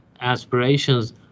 aspirations